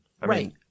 Right